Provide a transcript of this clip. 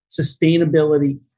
sustainability